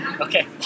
Okay